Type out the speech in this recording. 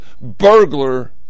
Burglar